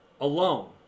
alone